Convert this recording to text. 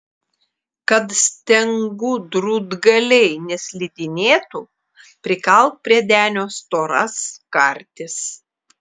kad stengų drūtgaliai neslidinėtų prikalk prie denio storas kartis